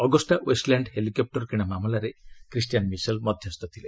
Agusta Westland helicopter କିଣା ମାମଲାରେ Christian Michel ମଧ୍ୟସ୍ଥ ଥିଲେ